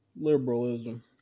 liberalism